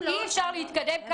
אי אפשר להתקדם ככה,